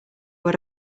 what